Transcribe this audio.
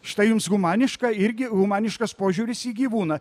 štai jums humaniška irgi humaniškas požiūris į gyvūną